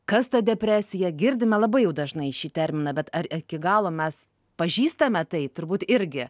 kas ta depresija girdime labai jau dažnai šį terminą bet ar iki galo mes pažįstame tai turbūt irgi